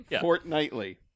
Fortnightly